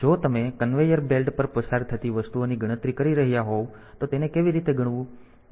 તેથી જો તમે કન્વેયર બેલ્ટ પર પસાર થતી વસ્તુઓની ગણતરી કરી રહ્યાં હોવ તો તેને કેવી રીતે ગણવું